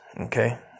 Okay